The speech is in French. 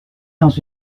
dans